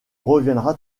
reviendra